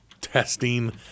testing